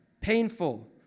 painful